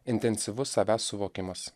intensyvus savęs suvokimas